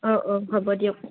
অঁ অঁ হ'ব দিয়ক